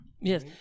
Yes